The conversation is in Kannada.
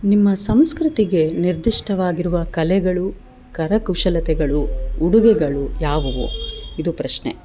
ನಿಮ್ಮ ಸಂಸ್ಕೃತಿಗೆ ನಿರ್ಧಿಷ್ಟವಾಗಿರುವ ಕಲೆಗಳು ಕರ ಕುಶಲತೆಗಳು ಉಡುಗೆಗಳು ಯಾವುವು ಇದು ಪ್ರಶ್ನೆ